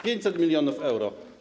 500 mln euro.